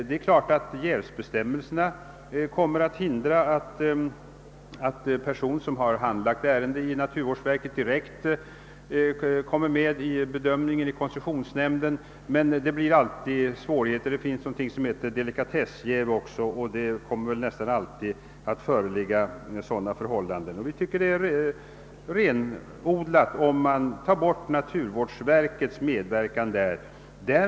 «Naturligtvis kommer jävsbestämmelserna att hindra att en person, som i naturvårdsverket har handlagt ett visst ärende, också är med vid den direkta bedömningen av ärendet i koncessionsnämnden. Där finns det alltid en del svårigheter. Men det finns också något som heter delikatessjäv, och sådant kommer troligen mycket ofta att föreligga. Därför tycker vi det är mera renodlat att ta bort naturvårdsverkets medverkan i dessa fall.